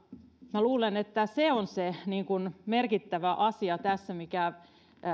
minä luulen että se on se merkittävä asia mikä tässä